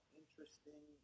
interesting